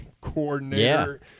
coordinator